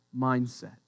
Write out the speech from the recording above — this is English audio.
mindset